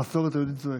המסורת היהודית זועקת.